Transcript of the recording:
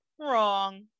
wrong